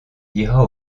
ira